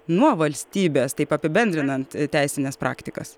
nuo valstybės taip apibendrinant teisines praktikas